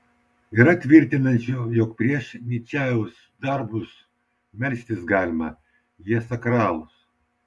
yra tvirtinančiųjų jog prieš ničajaus darbus melstis galima jie sakralūs